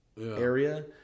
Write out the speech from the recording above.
area